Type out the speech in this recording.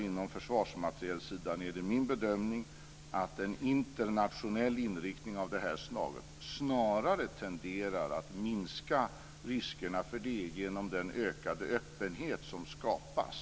på försvarsmaterielsidan är det min bedömning att en internationell inriktning av det här slaget snarare tenderar att minska riskerna genom den ökade öppenhet som skapas.